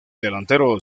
delantero